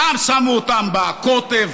פעם שמו אותם בקוטב,